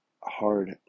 hard